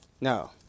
No